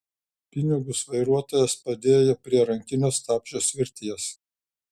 pinigus vairuotojas padėjo prie rankinio stabdžio svirties